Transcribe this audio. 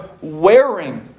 wearing